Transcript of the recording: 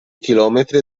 chilometri